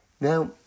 Now